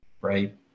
Right